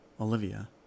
Olivia